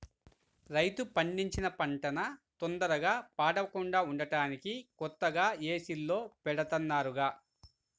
రైతు పండించిన పంటన తొందరగా పాడవకుండా ఉంటానికి కొత్తగా ఏసీల్లో బెడతన్నారుగా